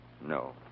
No